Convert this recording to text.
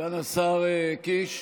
סגן השר קיש,